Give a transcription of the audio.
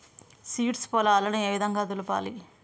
Seeds పొలాలను ఏ విధంగా దులపాలి?